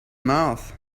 mouth